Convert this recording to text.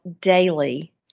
daily